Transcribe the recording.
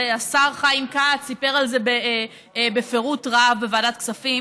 השר חיים כץ סיפר על זה בפירוט רב בוועדת הכספים,